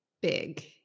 big